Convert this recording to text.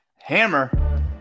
hammer